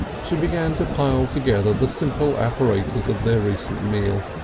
she began to pile together the simple apparatus of their recent meal,